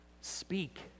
speak